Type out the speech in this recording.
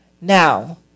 now